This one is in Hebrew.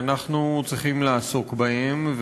ואנחנו צריכים לעסוק בהם,